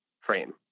frame